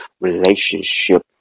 Relationship